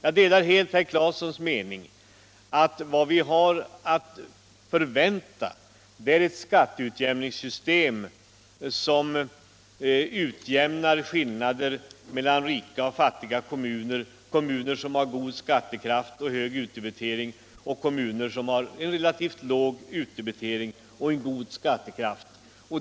, Jag delar helt herr Claesons mening att vad vi har att förvänta är ett skatteutjämningssystem som utjämnar skillnader mellan rika och fattiga kommuner, kommuner som har god skattekraft och hög utdebitering och kommuner som har låg utdebitering och god skattekraft.